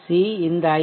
C இந்த ஐ